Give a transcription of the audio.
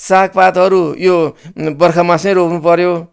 सागपातहरू त्यो बर्खा मासमै रोप्नु पऱ्यो